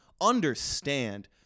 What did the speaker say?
understand